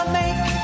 make